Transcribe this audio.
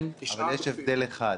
אבל יש הבדל אחד.